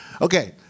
Okay